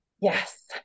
Yes